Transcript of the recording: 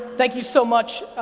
thank you so much.